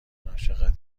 عاشقت